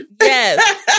yes